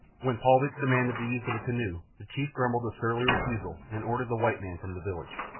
when paulvitch demanded the use of a canoe the chief grumbled a surly refusal and ordered the white man from the village.